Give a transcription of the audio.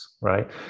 right